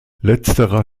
letzterer